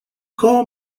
call